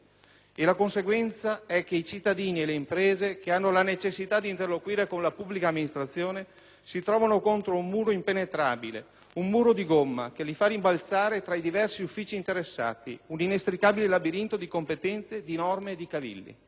La conseguenza è che i cittadini e le imprese, che hanno la necessità di interloquire con la pubblica amministrazione, si trovano contro un impenetrabile muro di gomma che li fa rimbalzare tra i diversi uffici interessati; un inestricabile labirinto di competenze, di norme, di cavilli.